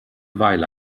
weile